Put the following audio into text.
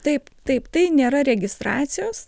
taip taip tai nėra registracijos